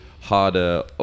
harder